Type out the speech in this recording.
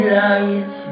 lies